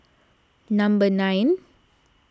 number nine